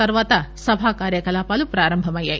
తరువాత సభ కార్యకలాపాలు ప్రారంభమయ్యాయి